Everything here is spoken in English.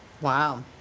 wow